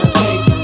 take